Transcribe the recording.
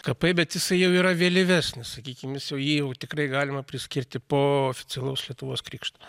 kapai bet jisai jau yra vėlyvesnis sakykim jis jį jau tikrai galima priskirti po oficialaus lietuvos krikšto